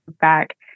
back